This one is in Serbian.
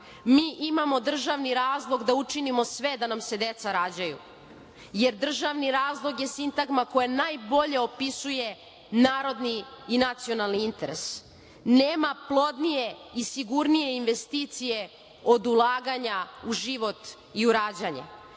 Mi imamo državni razlog da učinimo sve da nam se deca rađaju, jer državni razlog je sintagma koja najbolje opisuje narodni i nacionalni interes. Nema plodnije i sigurnije investicije od ulaganja u život i u rađanje,